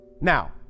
Now